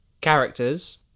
characters